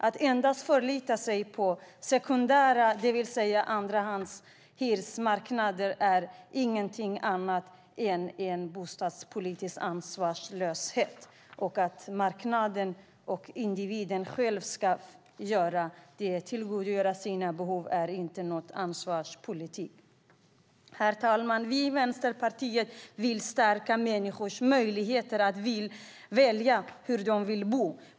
Att endast förlita sig på det sekundära, det vill säga andrahandshyresmarknaden, är ingenting annat än en bostadspolitisk ansvarslöshet. Att marknaden och individen själva ska tillgodose sina behov är inte någon ansvarsfull politik. Herr talman! Vi i Vänsterpartiet vill stärka människors möjligheter att välja hur de ska bo.